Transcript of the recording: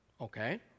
okay